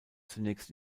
zunächst